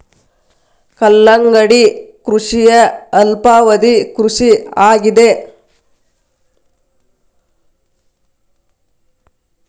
ಕಲ್ಲಂಗಡಿ ಕೃಷಿಯ ಅಲ್ಪಾವಧಿ ಕೃಷಿ ಆಗಿದೆ